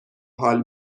حال